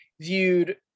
viewed